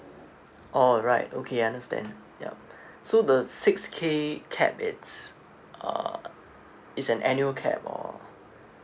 oh right okay understand yup so the six K cap it's uh it's an annual cap or